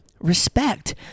respect